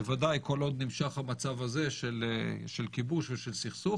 בוודאי כל עוד נמשך המצב הזה של כיבוש ושל סכסוך,